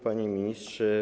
Panie Ministrze!